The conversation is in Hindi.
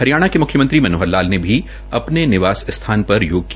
हरियाणा के मुख्यमंत्री मनोहर लाल ने भी अपने निवास स्थान पर योग किया